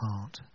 heart